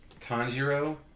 Tanjiro